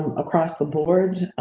across the board.